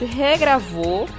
regravou